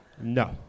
No